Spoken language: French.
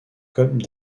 comme